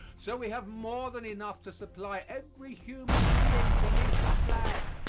so we have more than enough to supply every human being beneath the flag.